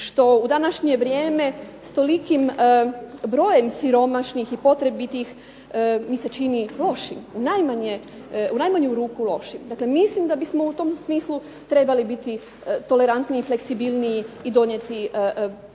što u današnje vrijeme s tolikim brojem siromašnih i potrebitih mi se čini lošim, u najmanju ruku lošim. Dakle, mislim da bismo u tom smislu trebali biti tolerantniji, fleksibilniji i donijeti promjene